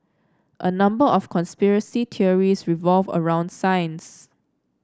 a number of conspiracy theories revolve around science